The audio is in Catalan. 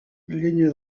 llenya